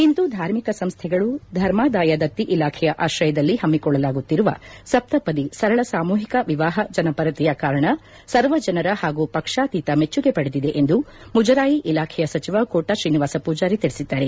ಹಿಂದೂ ಧಾರ್ಮಿಕ ಸಂಸ್ಥೆಗಳು ಧರ್ಮದಾಯ ದತ್ತಿ ಇಲಾಖೆಯ ಆಶ್ರಯದಲ್ಲಿ ಹಮ್ಹಿಕೊಳ್ಳಲಾಗುತ್ತಿರುವ ಸಪ್ತಪದಿ ಸರಳ ಸಾಮೂಹಿಕ ವಿವಾಹ ಜನಪರತೆಯ ಕಾರಣ ಸರ್ವ ಜನರ ಹಾಗೂ ಪಕ್ಷಾತೀತ ಮೆಚ್ಚುಗೆ ಪಡೆದಿದೆ ಎಂದು ಮುಜರಾಯಿ ಇಲಾಖೆಯ ಸಚಿವ ಕೋಟಾ ಶ್ರೀನಿವಾಸ ಪೂಜಾರಿ ತಿಳಿಸಿದ್ದಾರೆ